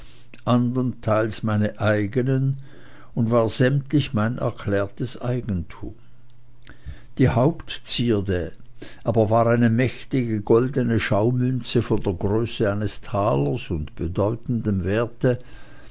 meine eigenen und war sämtlich mein erklärtes eigentum die hauptzierde aber war eine mächtige goldene schaumünze von der größe eines talers und bedeutendem werte